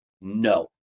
no